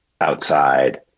outside